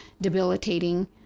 debilitating